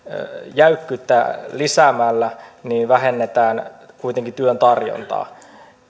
jäykkyyttä lisäämällä vähennetään kuitenkin työn tarjontaa